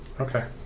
Okay